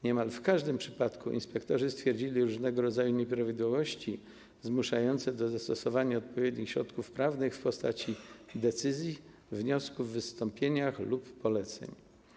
Niemal w każdym przypadku inspektorzy stwierdzili różnego rodzaju nieprawidłowości zmuszające do zastosowania odpowiednich środków prawnych w postaci decyzji, wniosków w wystąpieniach lub poleceń.